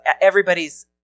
Everybody's